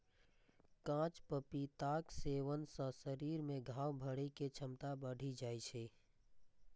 कांच पपीताक सेवन सं शरीर मे घाव भरै के क्षमता बढ़ि जाइ छै